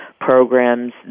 programs